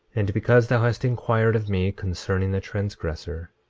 and because thou hast inquired of me concerning the transgressor,